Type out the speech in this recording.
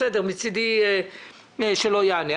בסדר, מצדי שלא יענה.